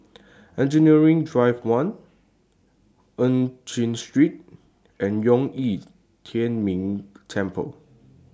Engineering Drive one EU Chin Street and Zhong Yi Tian Ming Temple